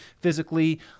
physically